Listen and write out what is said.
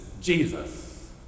Jesus